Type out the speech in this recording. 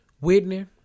Whitney